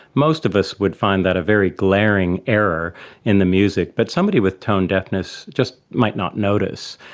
most of us would find that a very glaring error in the music, but somebody with tone deafness just might not notice.